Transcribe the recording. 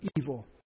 evil